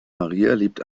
liebt